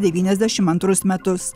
devyniasdešim antrus metus